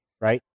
right